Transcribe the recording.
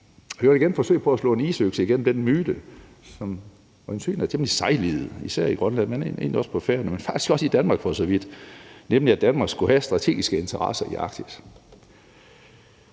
jeg vil igen forsøge på at slå en isøkse igennem den myte, som øjensynlig er temmelig sejlivet, især i Grønland, men egentlig også på Færøerne og faktisk også i Danmark, nemlig at Danmark skulle have strategiske interesser i Arktis.